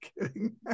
kidding